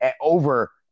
over